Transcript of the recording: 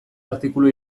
artikulu